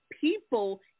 people